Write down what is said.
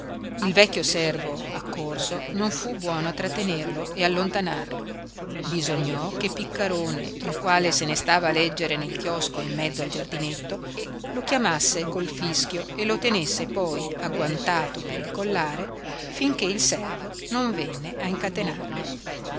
il vecchio servo accorso non fu buono a trattenerlo e allontanarlo bisognò che piccarone il quale se ne stava a leggere nel chiosco in mezzo al giardinetto lo chiamasse col fischio e lo tenesse poi agguantato per il collare finché il servo non venne a incatenarlo